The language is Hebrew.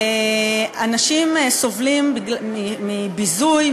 אנשים סובלים מביזוי,